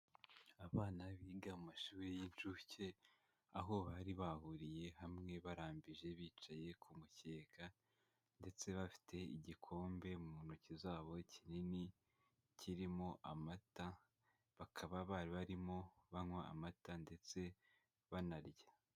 Abana biga amashuri y'incuke aho bari bahuriye hamwe barambije bicaye ku mucyeka ndetse bafite igikombe mu ntoki zabo kinini kirimo amata bakaba bari barimo banywa amata ndetse banarya.